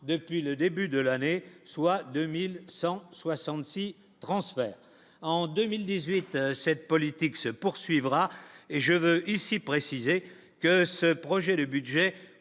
depuis le début de l'année, soit 2166 transfert en 2018, cette politique se poursuivra et je veux ici préciser que ce projet de budget